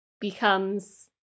becomes